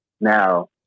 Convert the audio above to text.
Now